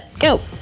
go!